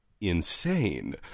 insane